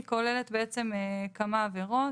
היא כוללת בעצם כמה עבירות.